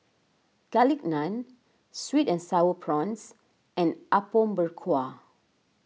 Garlic Naan Sweet and Sour Prawns and Apom Berkuah